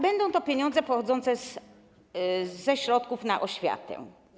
Będą to pieniądze pochodzące ze środków na oświatę.